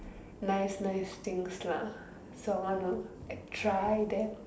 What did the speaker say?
nice nice things lah so I want to like try that